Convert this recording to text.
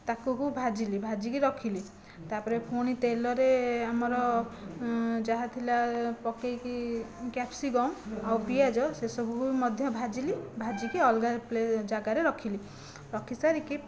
ତାକୁ ଭାଜିଲି ଭାଜିକି ରଖିଲି ତାପରେ ପୁଣି ତେଲରେ ଆମର ଯାହା ଥିଲା ପକେଇକି କ୍ୟାପ୍ସିକମ ଆଉ ପିଆଜ ସେ ସବୁକୁ ମଧ୍ୟ ଭାଜିଲି ଭାଜିକି ଅଲଗା ଜାଗାରେ ରଖିଲି ରଖିସାରିକି